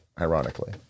ironically